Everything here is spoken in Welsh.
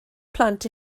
plant